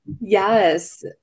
Yes